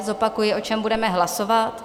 Zopakuji, o čem budeme hlasovat.